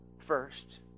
first